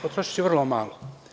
Potrošiću vrlo malo.